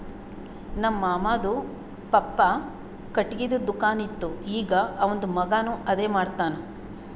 ನಮ್ ಮಾಮಾದು ಪಪ್ಪಾ ಖಟ್ಗಿದು ದುಕಾನ್ ಇತ್ತು ಈಗ್ ಅವಂದ್ ಮಗಾನು ಅದೇ ಮಾಡ್ತಾನ್